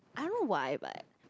I don't know why but